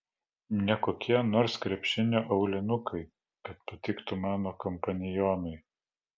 ne kokie nors krepšinio aulinukai kad patiktų mano kompanionui